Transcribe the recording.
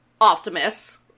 Optimus